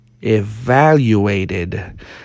evaluated